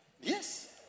Yes